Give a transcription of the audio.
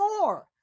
more